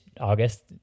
August